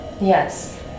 Yes